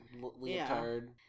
leotard